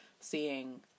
seeing